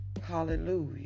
Hallelujah